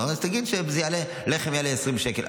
אז תגיד שלחם יעלה 20 שקל.